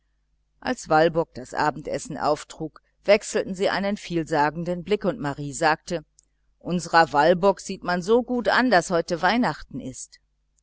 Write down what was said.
als walburg das abendessen auftrug wechselten sie einen vielsagenden blick und marie sagte unserer walburg sieht man so gut an daß heute weihnachten ist